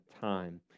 time